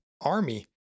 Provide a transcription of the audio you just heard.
army